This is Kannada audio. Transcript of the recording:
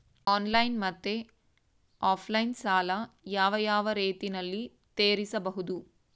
ಆನ್ಲೈನ್ ಮತ್ತೆ ಆಫ್ಲೈನ್ ಸಾಲ ಯಾವ ಯಾವ ರೇತಿನಲ್ಲಿ ತೇರಿಸಬಹುದು?